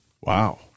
Wow